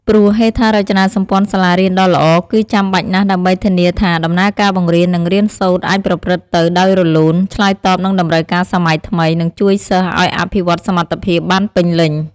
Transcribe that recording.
ព្រោះហេដ្ឋារចនាសម្ព័ន្ធសាលារៀនដ៏ល្អ គឺចាំបាច់ណាស់ដើម្បីធានាថាដំណើរការបង្រៀន និងរៀនសូត្រអាចប្រព្រឹត្តទៅដោយរលូន ឆ្លើយតបនឹងតម្រូវការសម័យថ្មី និងជួយសិស្សឲ្យអភិវឌ្ឍសមត្ថភាពបានពេញលេញ។